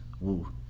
Woo